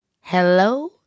hello